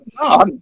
No